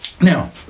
Now